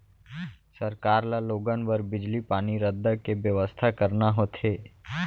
सरकार ल लोगन बर बिजली, पानी, रद्दा के बेवस्था करना होथे